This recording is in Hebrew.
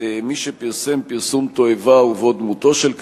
מי שפרסם פרסום תועבה ובו דמותו של קטין,